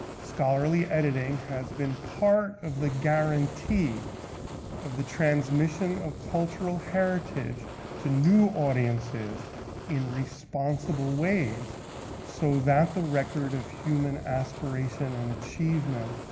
scholarly editing has been part of the guarantee of the transmission of cultural heritage to new audiences in responsible ways so that the record of human aspiration and achievement